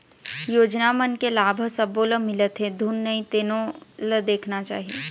योजना मन के लाभ ह सब्बो ल मिलत हे धुन नइ तेनो ल देखना चाही